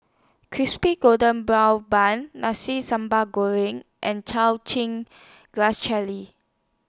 Crispy Golden Brown Bun Nasi Sambal Goreng and Chow Chin Grass Cherry